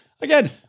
again